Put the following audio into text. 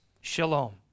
shalom